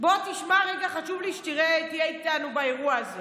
בוא תשמע רגע, חשוב לי שתהיה איתנו באירוע הזה.